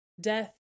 death